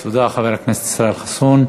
תודה, חבר הכנסת חסון.